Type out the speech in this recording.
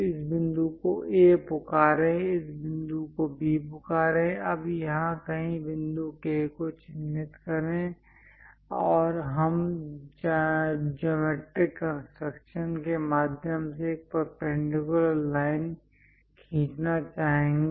इस बिंदु को A पुकारे इस बिंदु को B पुकारे अब यहां कहीं बिंदु K को चिह्नित करें और हम ज्योमैट्रिक कंस्ट्रक्शन के माध्यम से एक परपेंडिकुलर लाइन खींचना चाहेंगे